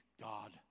God